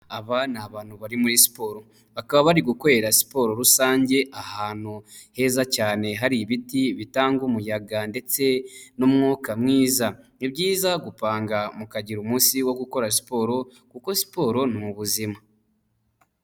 Aba ni abantu bari muri siporo, bakaba bari gukorera siporo rusange ahantu heza cyane hari ibiti bitanga umuyaga ndetse n'umwuka mwiza, ni byiza gupanga mukagira umunsi wo gukora siporo, kuko siporo ni ubuzima.